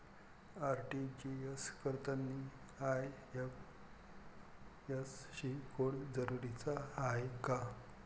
RTGS करतांनी IFSC code जरुरीचा हाय का?